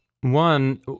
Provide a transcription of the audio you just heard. one